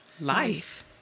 Life